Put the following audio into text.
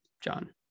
John